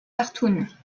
cartoon